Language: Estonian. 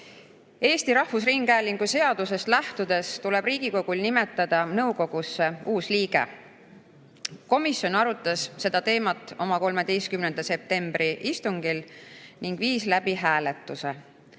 Eesti Rahvusringhäälingu seadusest lähtudes tuleb Riigikogul nimetada nõukogusse uus liige. Komisjon arutas seda teemat oma 13. septembri istungil ning viis läbi hääletuse. Komisjonis